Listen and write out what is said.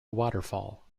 waterfall